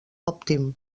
òptim